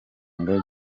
ngo